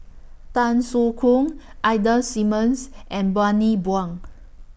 Tan Soo Khoon Ida Simmons and Bani Buang